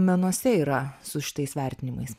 menuose yra su šitais vertinimais